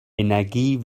energie